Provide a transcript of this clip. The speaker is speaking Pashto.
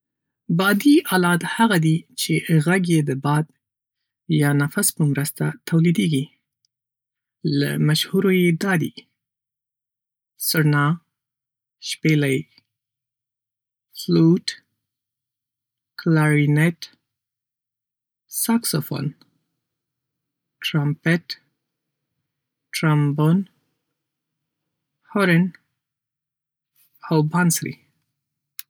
بادي آلات هغه دي چې غږ یې د باد یا نفس په مرسته تولیدېږي. له مشهورو یې دا دي: سرنا شپېلۍ فلوت کلارینټ ساکسوفون ترمپېټ ترومبون او هورڼ بانسري.